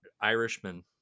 Irishman